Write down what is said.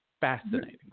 fascinating